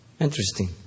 Interesting